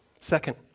Second